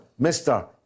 Mr